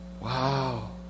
Wow